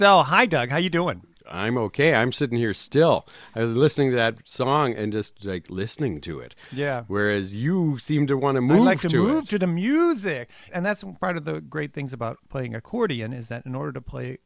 so hi doug how you doing i'm ok i'm sitting here still i was listening to that song and just listening to it yeah whereas you seem to want to move like to prove to the music and that's part of the great things about playing accordion is that in order to play